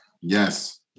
Yes